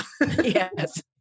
Yes